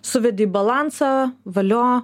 suvedi į balansą valio